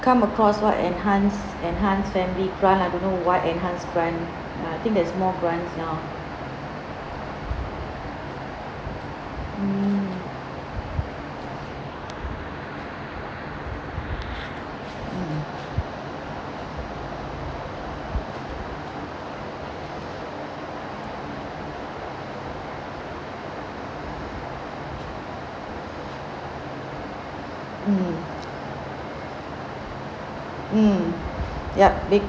come across what enhanced enhanced family grant I don't know what enhanced grant ah I think there's more grants now mm mm mm mm yup they